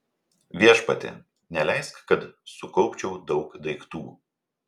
viešpatie neleisk kad sukaupčiau daug daiktų